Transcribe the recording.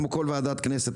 כמו כל ועדת כנסת,